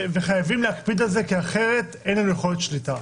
וחייבים להקפיד על זה כי אחרת אין לנו יכולת שליטה.